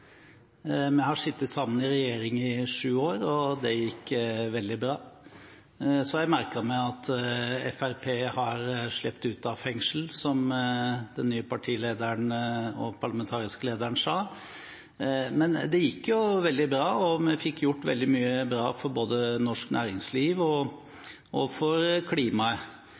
Vi har sittet sammen i regjering i sju år, og det gikk veldig bra. Så har jeg merket meg at Fremskrittspartiet «har sluppet ut av fengsel», som den nye partilederen og parlamentariske lederen sa. Men det gikk jo veldig bra, og vi fikk gjort veldig mye bra for både norsk næringsliv og for klimaet.